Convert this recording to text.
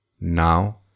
Now